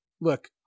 Look